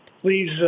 please